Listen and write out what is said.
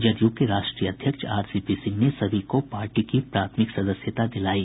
जदयू के राष्ट्रीय अध्यक्ष आरसीपी सिंह ने सभी को पार्टी की प्राथमिक सदस्यता दिलायी